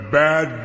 bad